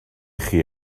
chi